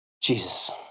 Jesus